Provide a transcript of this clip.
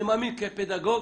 אני מאמין, כפדגוג